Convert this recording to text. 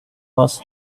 was